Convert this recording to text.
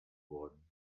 worden